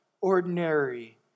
ordinary